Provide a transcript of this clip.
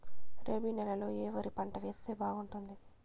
రబి నెలలో ఏ వరి పంట వేస్తే బాగుంటుంది